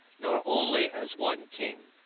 nor only as one king.